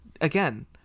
Again